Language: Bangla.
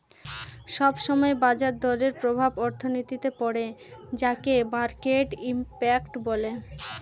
সব সময় বাজার দরের প্রভাব অর্থনীতিতে পড়ে যাকে মার্কেট ইমপ্যাক্ট বলে